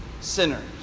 sinners